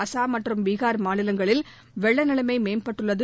அஸ்ஸாம் மற்றும் பீஹார் மாநிலங்களில் வெள்ள நிலைமை மேம்பட்டுள்ளது